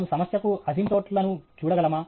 మనము సమస్యకు అసింప్టోట్లను చూడగలమా